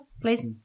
please